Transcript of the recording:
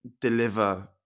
deliver